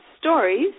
stories